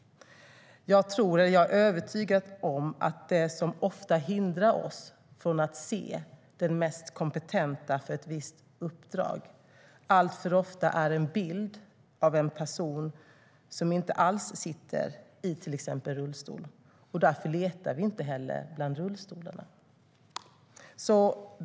Jag är övertygad om att det som ofta hindrar oss från att se den mest kompetenta för ett visst uppdrag alltför ofta är en bild av en person som inte alls till exempel sitter i rullstol, och därför letar vi inte heller bland rullstolarna.